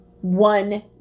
one